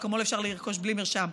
אקמול אפשר לרכוש בלי מרשם,